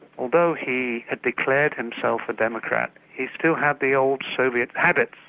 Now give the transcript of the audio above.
although he had declared himself a democrat, he still had the old soviet habits,